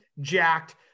jacked